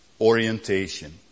orientation